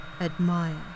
admire